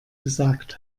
gesagt